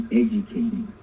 educating